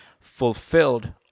fulfilled